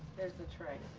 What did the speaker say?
there's the tray,